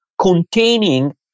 containing